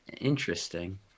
Interesting